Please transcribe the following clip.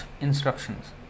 instructions